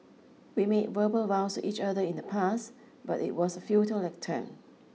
we made verbal vows each other in the past but it was a futile attempt